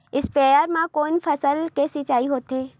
स्पीयर म कोन फसल के सिंचाई होथे?